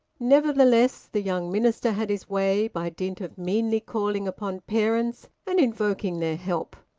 nevertheless the young minister had his way, by dint of meanly calling upon parents and invoking their help.